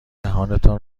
دهانتان